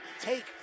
take